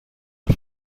are